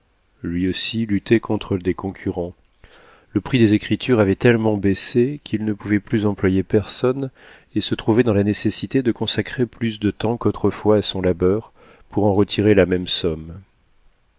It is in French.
lui aussi luttait contre des concurrents le prix des écritures avait tellement baissé qu'il ne pouvait plus employer personne et se trouvait dans la nécessité de consacrer plus de temps qu'autrefois à son labeur pour en retirer la même somme